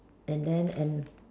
and then and